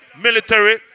military